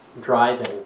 driving